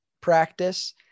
practice